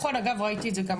ראיתי את זה.